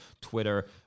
Twitter